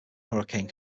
hurricane